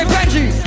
Benji